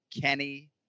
Kenny